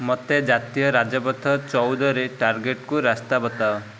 ମୋତେ ଜାତୀୟ ରାଜପଥ ଚଉଦରେ ଟାର୍ଗେଟକୁ ରାସ୍ତା ବତାଅ